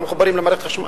לא מחוברים למערכת חשמל.